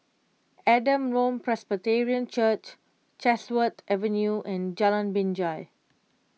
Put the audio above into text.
Adam Road Presbyterian Church Chatsworth Avenue and Jalan Binjai